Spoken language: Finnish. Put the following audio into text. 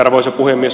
arvoisa puhemies